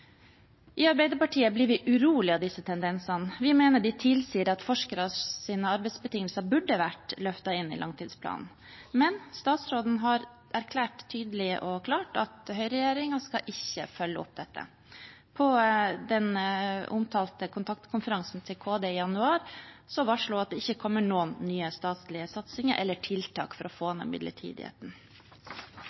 I Arbeiderpartiet blir vi urolige av disse tendensene. Vi mener de tilsier at forskernes arbeidsbetingelser burde vært løftet inn i langtidsplanen, men statsråden har erklært tydelig og klart at høyreregjeringen ikke skal følge opp dette. På den omtalte kontaktkonferansen til KD i januar varslet hun at det ikke kommer noen nye statlige satsinger eller tiltak for å få ned midlertidigheten.